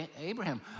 Abraham